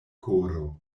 koro